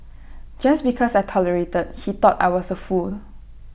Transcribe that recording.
just because I tolerated he thought I was A fool